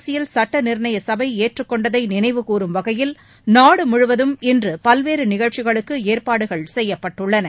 அரசியல் சுட்ட நிர்ணய சபை ஏற்றுக் கொண்டதை நினைவுகூரும் வகையில் நாடு முழுவதும் இன்று பல்வேறு நிகழ்ச்சிகளுக்கு ஏற்பாடு செய்யப்பட்டுள்ளது